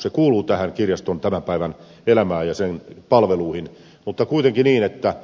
se kuuluu tähän kirjaston tämän päivän elämään ja sen palveluihin mutta kuitenkin niin että